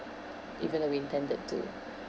even though we intended to